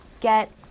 get